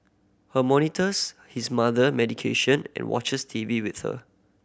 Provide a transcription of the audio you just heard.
her monitors his mother medication and watches TV with her